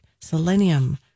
selenium